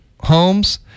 homes